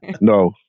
No